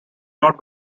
not